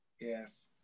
yes